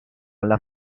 alla